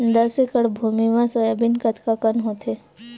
दस एकड़ भुमि म सोयाबीन कतका कन होथे?